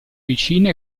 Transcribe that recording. vicina